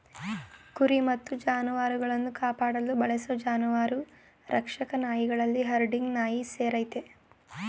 ಕುರಿ ಮತ್ತು ಜಾನುವಾರುಗಳನ್ನು ಕಾಪಾಡಲು ಬಳಸೋ ಜಾನುವಾರು ರಕ್ಷಕ ನಾಯಿಗಳಲ್ಲಿ ಹರ್ಡಿಂಗ್ ನಾಯಿ ಸೇರಯ್ತೆ